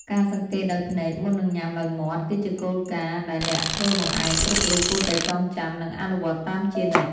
ការសង្កេតដោយភ្នែកមុននឹងញ៉ាំដោយមាត់ គឺជាគោលការណ៍ដែលអ្នកធ្វើបង្អែមគ្រប់រូបគួរតែចងចាំ និងអនុវត្តតាមជានិច្ច។